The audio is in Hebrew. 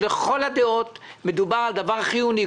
לכל הדעות מדובר על נושא חיוני.